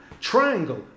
triangle